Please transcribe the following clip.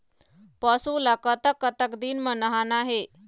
पशु ला कतक कतक दिन म नहाना हे?